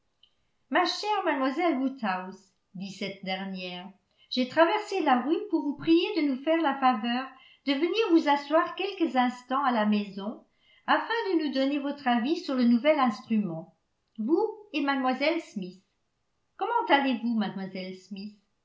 ma chère mlle woodhouse dit cette dernière j'ai traversé la rue pour vous prier de nous faire la faveur de venir vous asseoir quelques instants à la maison afin de nous donner votre avis sur le nouvel instrument vous et mlle smith comment allez-vous mlle smith